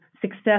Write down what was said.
success